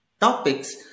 topics